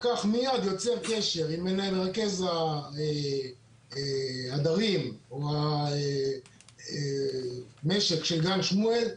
פקח מייד יוצר קשר עם מרכז ההדרים או המשק של גן שמואל,